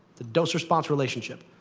the dose-response relationship.